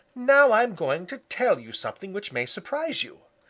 now i'm going to tell you something which may surprise you.